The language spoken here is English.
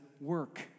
work